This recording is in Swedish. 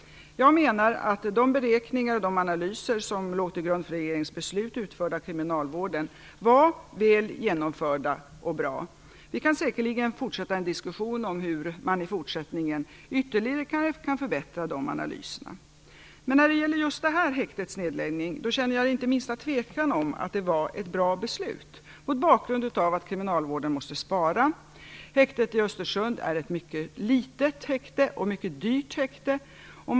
Jag menar att de beräkningar och analyser som låg till grund för regeringens beslut utförda av kriminalvården var väl genomförda och bra. Vi kan säkerligen fortsätta en diskussion om hur man i fortsättningen ytterligare kan förbättra de analyserna. Men när det gäller just det här häktets nedläggning känner jag inte minsta tvekan. Det var ett bra beslut, mot bakgrund av att kriminalvården måste spara. Häktet i Östersund är ett mycket litet och ett mycket dyrt häkte.